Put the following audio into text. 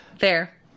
fair